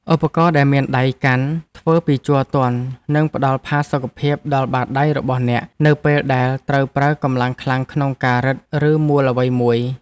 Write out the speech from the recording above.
ឧបករណ៍ដែលមានដៃកាន់ធ្វើពីជ័រទន់ នឹងផ្តល់ផាសុកភាពដល់បាតដៃរបស់អ្នក នៅពេលដែលត្រូវប្រើកម្លាំងខ្លាំងក្នុងការរឹត ឬមួលអ្វីមួយ។